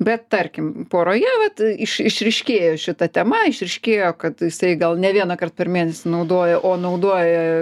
bet tarkim poroje vat iš išryškėjo šita tema išryškėjo kad jisai gal ne vienąkart per mėnesį naudoja o naudoja